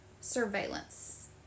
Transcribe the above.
surveillance